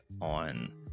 on